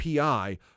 API